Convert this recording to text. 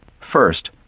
First